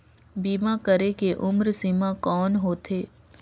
बीमा करे के उम्र सीमा कौन होथे?